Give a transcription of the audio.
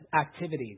activities